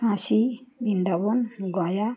Kashi Vrindavan Gaya